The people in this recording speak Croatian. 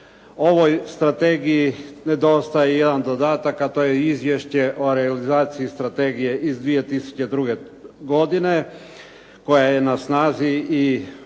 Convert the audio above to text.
ovoj strategiji nedostaje jedan dodatak, a to je Izvješće o realizaciji Strategije iz 2002. godine koja je na snazi i važi